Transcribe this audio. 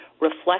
reflect